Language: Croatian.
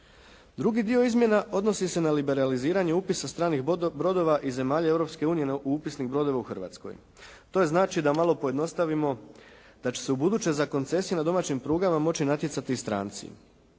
Drugi dio izmjena odnosi se na liberaliziranje upisa stranih brodova iz zemalja Europske unije u upisnik brodova u Hrvatskoj. To je znači da malo pojednostavimo da će se ubuduće za koncesije na domaćim prugama moći natjecati i stranci.